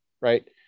Right